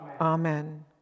Amen